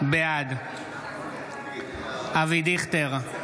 בעד אבי דיכטר,